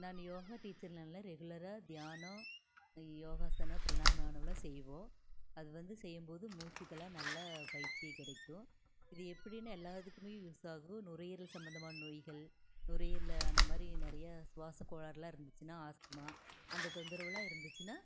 நான் யோகா டீச்சர்னாலே ரெகுலராக தியானம் யோகாசனம் பிரணாமானவல்லாம் செய்வோம் அது வந்து செய்யும்போது மூச்சுக்கெல்லா நல்லா பயிற்சி கிடைக்கும் இது எப்படினு எல்லா இதுக்கும் யூஸாகும் நுரையீரல் சம்மந்தமான நோய்கள் நுரையீரலில் அந்தமாதிரி நிறையா சுவாச கோளாறுலா இருந்துச்சுனால் ஆஸ்த்மா அந்த தொந்தரவெலா இருந்துச்சுனா